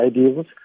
ideals